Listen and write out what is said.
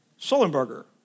Sullenberger